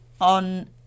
on